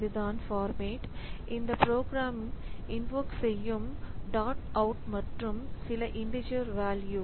இதுதான் ஃபார்மேட் இந்த program invoke செய்யும் dot out மற்றும் சில இண்டீஜர் வேல்யூ